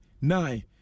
nine